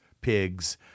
pigs—